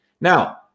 Now